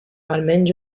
almenys